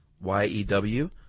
Y-E-W